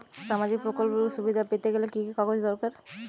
সামাজীক প্রকল্পগুলি সুবিধা পেতে গেলে কি কি কাগজ দরকার?